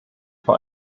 vor